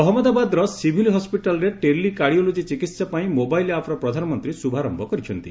ଅହମ୍ମଦାବାଦର ସିଭିଲ୍ ହସ୍କିଟାଲରେ tele cardiology ଚିକିତ୍ସା ପାଇଁ ମୋବାଇଲ୍ ଆପ୍ ର ପ୍ରଧାନମନ୍ତ୍ରୀ ଶୁଭାରମ୍ଭ କରିଛନ୍ତି